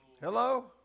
Hello